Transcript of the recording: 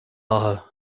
átha